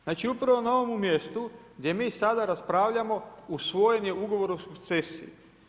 Znači upravo na ovome mjestu gdje mi sada raspravljamo, usvojen je ugovor o sukcesiji.